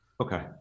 Okay